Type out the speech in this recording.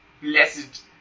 blessed